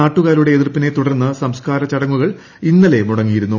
നാട്ടുകാരുടെ എതിർപ്പിനെ തുടർന്ന് സംസ്കാര ചടങ്ങുകൾ ഇന്നലെ മുടങ്ങിയിരുന്നു